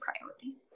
priority